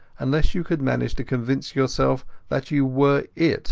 unless you could manage to convince yourself that you were it